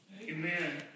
Amen